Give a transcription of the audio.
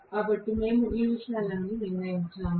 కాబట్టి మేము ఈ విషయాలన్నింటినీ నిర్ణయించాము